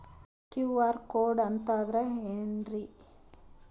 QR code ಅಂತಂದ್ರ ಏನ್ರೀ?